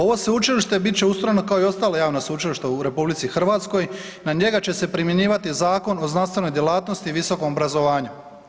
Ovo Sveučilište bit će ustrojeno kao i ostala javna sveučilišta u RH, na njega će se primjenjivati Zakon o znanstvenoj djelatnosti i visokom obrazovanju.